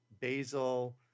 basil